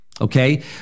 Okay